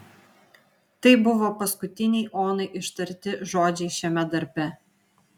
tai buvo paskutiniai onai ištarti žodžiai šiame darbe